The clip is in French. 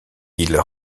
ils